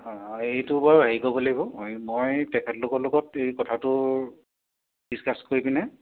এইটো বাৰু হেৰি কৰিব লাগিব এই মই তেখেতলোকৰ লগত এই কথাটোৰ ডিছকাছ কৰি পিনে